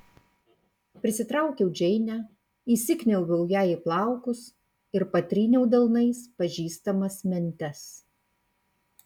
prisitraukiau džeinę įsikniaubiau jai į plaukus ir patryniau delnais pažįstamas mentes